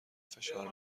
فشار